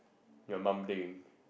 you are mumbling